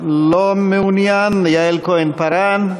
לא מעוניין, יעל כהן-פארן,